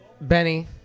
Benny